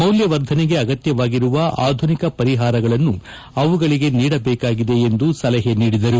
ಮೌಲ್ಲವರ್ಧನೆಗೆ ಅಗತ್ತವಾಗಿರುವ ಆಧುನಿಕ ಪರಿಹಾರಗಳನ್ನು ಅವುಗಳಗೆ ನೀಡಬೇಕಾಗಿದೆ ಎಂದು ಸಲಹೆ ನೀಡಿದರು